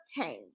obtain